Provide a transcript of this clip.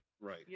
right